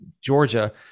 Georgia